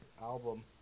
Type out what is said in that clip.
album